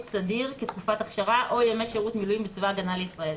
סדיר כתקופת אכשרה או ימי שירות מילואים בצבא-הגנה-לישראל.